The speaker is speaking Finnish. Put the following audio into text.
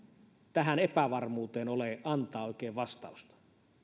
tähän epävarmuuteen ole oikein antaa vastausta